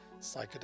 psychedelic